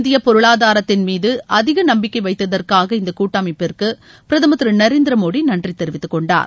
இந்தியப் பொருளாதாரத்தின் மீது அதிக நம்பிக்கை வைத்ததற்காக இந்த கூட்டமைப்பிற்கு பிரதமர் திரு நரேந்திர மோடி நன்றி தெரிவித்துக் கொண்டார்